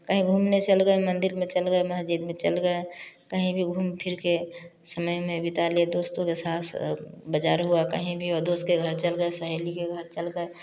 कहीं घूमने चल गए मंदिर में चल गए मस्जिद में चल गए कहीं भी घूम फिर के समय अमय बिता लिए दोस्तों के साथ बजार हुआ कहीं भी हुआ उसके घर चल गए सहेली के घर चल गए